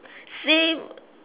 same